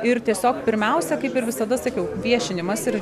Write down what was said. ir tiesiog pirmiausia kaip ir visada sakiau viešinimas ir